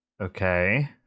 okay